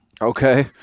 Okay